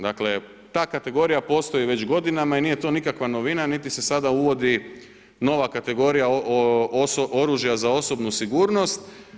Dakle, ta kategorija postoji već godinama i nije to nikakva novina niti se sada uvodi nova kategorija oružja sa osobnu sigurnost.